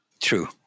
True